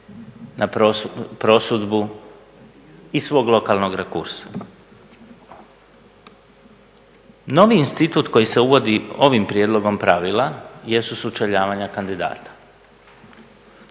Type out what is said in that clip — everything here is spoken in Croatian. na prosudbu i svog lokalnog rakursa. Novi institut koji se uvodi ovim prijedlogom pravila jesu sučeljavanja kandidata.